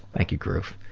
thank you, groove.